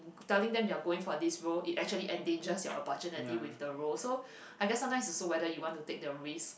telling them you are going for this role it actually endangers your opportunity with the role so I guess sometimes it's also whether you want to take the risk